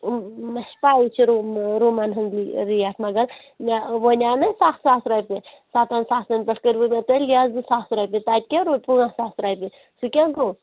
مےٚ چھِ پایی چھِ روٗم روٗمَن ہٕنٛدۍ ریٹ مگر ۄونۍ آو نہ سَتھ ساس رۄپیہِ سَتَن ساسَن پٮ۪ٹھ کٔرۍ وٕ مےٚ تیٚلہِ یا زٕ ساس رۄپیہِ تَتہِ کیٛاہ روٗد پانٛژھ ساس رۄپیہِ سُہ کیٛاہ گوٚو